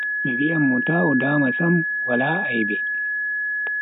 Mi viyan mo ta o dama sam wala aibe.